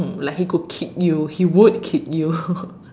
mm like he could kick you he would kick you